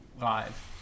live